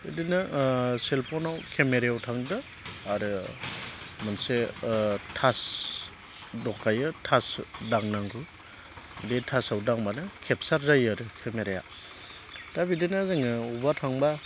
बिदिनो सेलफननाव केमेरायाव थांदो आरो मोनसे थास दंखायो थास दांनांगौ बे थासाव दांब्लानो केपसार जायो आरो केमेराया दा बिदिनो जोङो अबावबा थांब्ला